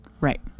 right